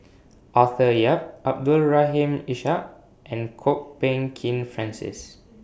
Arthur Yap Abdul Rahim Ishak and Kwok Peng Kin Francis